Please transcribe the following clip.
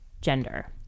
gender